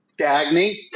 Dagny